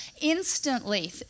Instantly